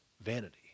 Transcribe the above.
vanity